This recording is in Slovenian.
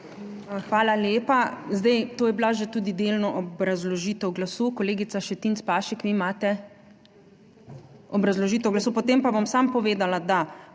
Hvala lepa. To je bila že tudi delno obrazložitev glasu. Kolegica Šetinc Pašek, vi imate? Obrazložitev glasu. Potem pa bom samo povedala, da